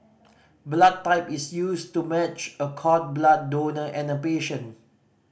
blood type is used to match a cord blood donor and a patient